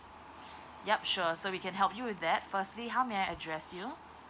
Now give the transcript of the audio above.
yup sure so we can help you with that firstly how may I address you